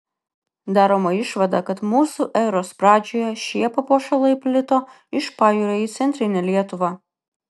daroma išvada kad mūsų eros pradžioje šie papuošalai plito iš pajūrio į centrinę lietuvą